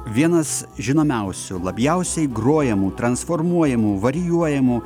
vienas žinomiausių labiausiai grojamų transformuojamų varijuojamų